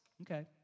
Okay